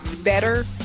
better